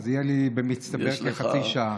תהיה לי במצטבר כחצי שעה.